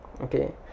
okay